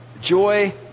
Joy